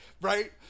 right